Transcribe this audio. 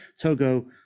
Togo